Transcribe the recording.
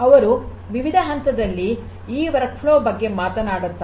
ಅವರು ವಿವಿಧ ಹಂತದಲ್ಲಿ ಈ ಕೆಲಸದ ಹರಿವಿನ ಬಗ್ಗೆ ಮಾತನಾಡುತ್ತಾರೆ